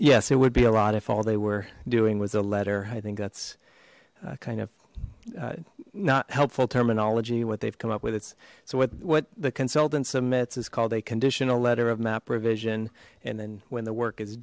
yes it would be a lot if all they were doing was a letter i think that's kind of not helpful terminology what they've come up with it's so what what the consultant submits is called a conditional letter of map revision and then when the work is